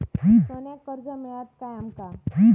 सोन्याक कर्ज मिळात काय आमका?